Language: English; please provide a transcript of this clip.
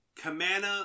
Kamana